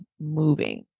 moving